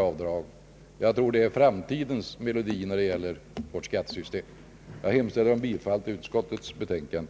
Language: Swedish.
avdrag kunde slopas. Jag tror att det är framtidens melodi när det gäller vårt skattesystem. Jag hemställer om bifall till utskottets betänkande.